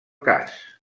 cas